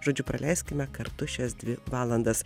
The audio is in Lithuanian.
žodžiu praleiskime kartu šias dvi valandas